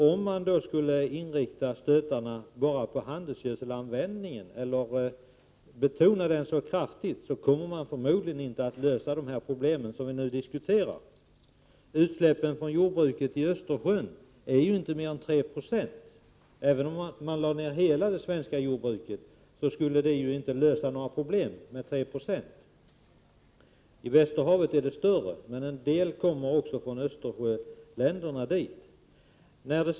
Om man skall rikta stötarna bara mot handelsgödselan 3” vändningen eller betona den så kraftigt, kommer man förmodligen inte att lösa de problem vi nu diskuterar. Utsläppen från jordbruket i Östersjön är inte mer än 3 26. Även om man lade ner hela det svenska jordbruket skulle det inte lösa några problem, eftersom bara 3 20 av utsläppen skulle försvinna. I Västerhavet är utsläppen större, men en del av de utsläppen kommer också från Östersjöländerna.